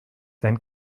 sein